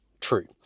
true